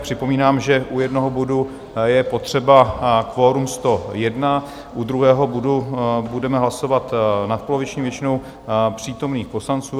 Připomínám, že u jednoho bodu je potřeba kvorum 101, u druhého bodu budeme hlasovat nadpoloviční většinou přítomných poslanců.